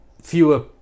fewer